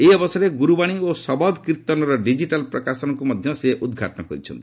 ଏହି ଅବସରରେ ଗୁରୁବାଣୀ ଓ ସବଦ୍ କୀର୍ତ୍ତନର ଡିଜିଟାଲ୍ ପ୍ରକାଶନ ମଧ୍ୟ ସେ ଉଦ୍ଘାଟନ କରିଛନ୍ତି